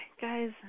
guys